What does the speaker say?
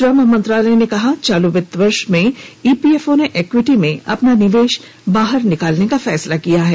श्रम मंत्रालय ने कहा चालू वित्त वर्ष में ईपीएफओ ने इक्विटी में अपना निवेश बाहर निकालने का फैसला किया है